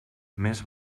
més